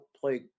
play